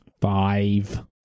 Five